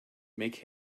make